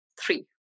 three